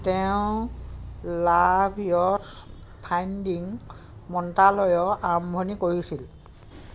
তেওঁ love worth finding মন্ত্ৰালয়ৰ আৰম্ভণি কৰিছিল